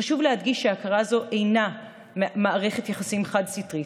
חשוב להדגיש שהכרה זו אינה מערכת יחסים חד-סטרית,